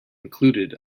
included